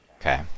Okay